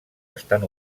estan